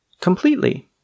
completely